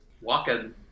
walking